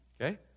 Okay